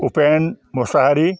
Upen Mushahary